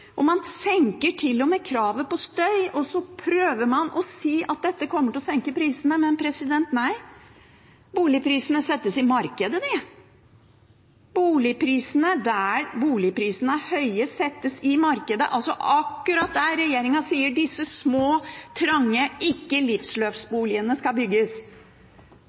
Og man senker til og med kravet knyttet til støy, og så prøver man å si at dette kommer til å senke prisene. Men nei, boligprisene settes i markedet – boligprisene, der boligprisene er høye, settes i markedet, altså akkurat der regjeringen sier at disse små, trange, ikke-livsløpsboligene skal bygges.